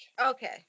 Okay